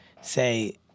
say